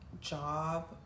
job